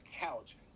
couch